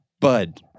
Bud